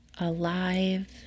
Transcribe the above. alive